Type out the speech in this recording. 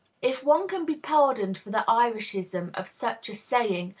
if one can be pardoned for the irishism of such a saying,